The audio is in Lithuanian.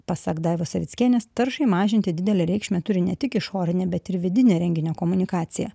pasak daivos savickienės taršai mažinti didelę reikšmę turi ne tik išorinė bet ir vidinė renginio komunikacija